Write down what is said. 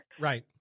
Right